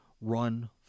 run